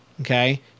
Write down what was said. okay